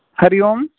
Hari Om